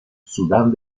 sudán